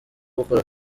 gukora